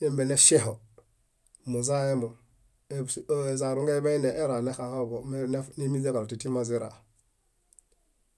nembieneŝieho, muzaemom. Ezarungen beineerah nexahoḃo némiźeġalo tintiman źeraa.